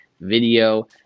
video